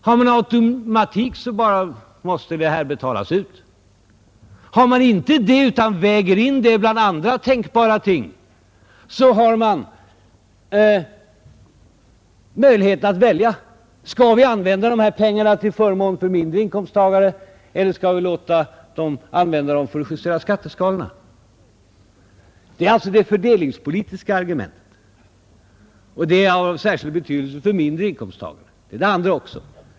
Har man automatik, måste pengarna betalas ut. Har man inte det, utan väger in denna möjlighet bland andra tänkbara ting, har man möjlighet att välja, om man skall använda pengarna till förmån för lägre inkomsttagare eller använda dem för att justera skatteskalorna. Detta är det fördelningspolitiska argumentet, som är av särskild betydelse för mindre inkomsttagare.